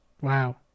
Wow